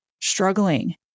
struggling